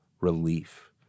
relief